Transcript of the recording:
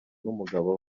n’umugabo